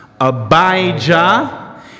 Abijah